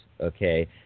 okay